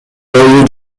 бою